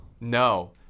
no